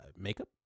Makeup